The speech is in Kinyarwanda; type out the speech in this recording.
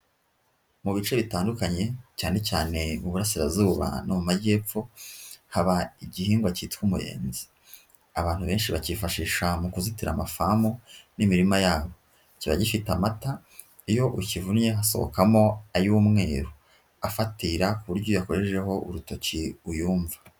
Mu bice bitandukanye, cyane cyane mu Buburarasirazuba no mu Majyepfo, haba igihingwa cyitwa umuyenzi. Abantu benshi bakifashisha mu kuzitira amafamu n'imirima yabo. Kiba gifite amata, iyo ukivunnye hasohokamo ay'umweru afatira ku buryo iyo uyakoshejejeho urutoki uyumva.